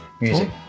music